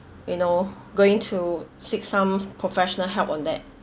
you know going to seek some professional help on that